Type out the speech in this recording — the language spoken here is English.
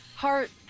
Heart